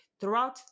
throughout